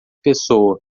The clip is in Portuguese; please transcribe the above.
pessoa